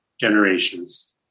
generations